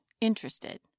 interested